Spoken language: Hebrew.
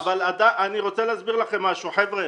-- אבל אני רוצה להסביר לכם משהו: חבר'ה,